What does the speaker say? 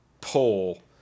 pull